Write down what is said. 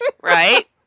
Right